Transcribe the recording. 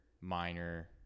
minor